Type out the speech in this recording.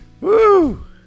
Woo